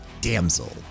Damsel